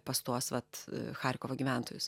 pas tuos vat charkovo gyventojus